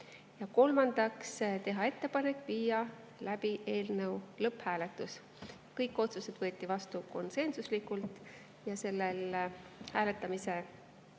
kolmandaks teha ettepanek viia läbi eelnõu lõpphääletus. Kõik otsused võeti vastu konsensuslikult. Hääletamisel